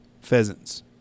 pheasants